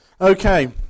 Okay